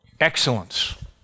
excellence